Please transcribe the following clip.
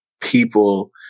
people